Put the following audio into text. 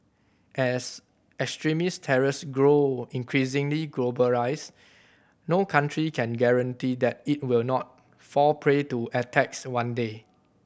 as extremist terrors grow increasingly globalised no country can guarantee that it will not fall prey to attacks one day